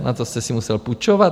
Na to jste si musel půjčovat?